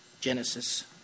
Genesis